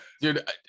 Dude